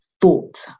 Thought